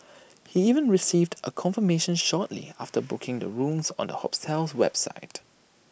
he even received A confirmation shortly after booking the rooms on the hotel's website